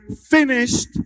finished